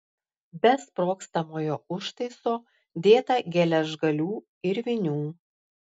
be sprogstamojo užtaiso dėta geležgalių ir vinių